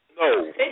no